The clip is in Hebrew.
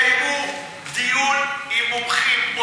יש לי רק בקשה אחת אליך: תקיימו דיון עם מומחים,